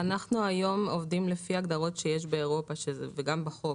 אנחנו היום עובדים לפי ההגדרות שיש באירופה וגם בחוק.